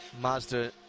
Mazda